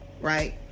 right